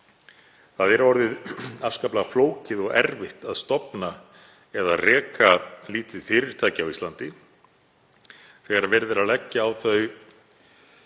Það er orðið afskaplega flókið og erfitt að stofna eða reka lítil fyrirtæki á Íslandi þegar verið er að leggja á þau